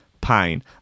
pain